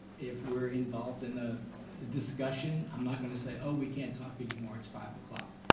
if we're involved in the discussion, i'm not gonna say oh we can't talk anymore, it's five